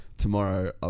tomorrow